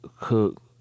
cook